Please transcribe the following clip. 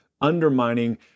undermining